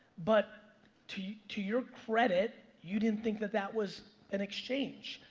but to to your credit, you didn't think that, that was an exchange.